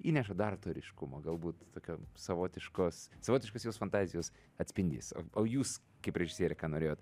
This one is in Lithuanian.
įneša dar to ryškumo galbūt tokio savotiškos savotiškos jos fantazijos atspindys o jūs kaip režisierė ką norėjot